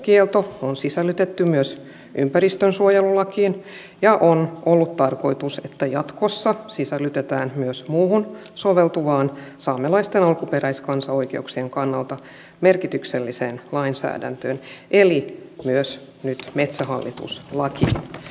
heikentämiskielto on sisällytetty myös ympäristönsuojelulakiin ja on ollut tarkoitus jatkossa sisällyttää myös muuhun soveltuvaan saamelaisten alkuperäiskansaoikeuksien kannalta merkitykselliseen lainsäädäntöön eli myös nyt metsähallitus lakiin